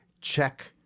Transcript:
Check